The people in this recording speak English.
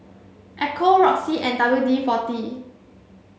Ecco Roxy and W D forty